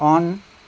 on